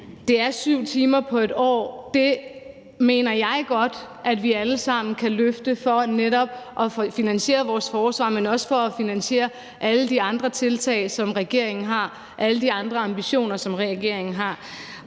Det er 7 timer på et år; det mener jeg godt at vi alle sammen kan løfte for netop at finansiere vores forsvar, men også for at finansiere alle de andre tiltag, som regeringen har, alle de andre ambitioner, som regeringen har.